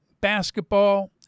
basketball